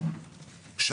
בתוספת,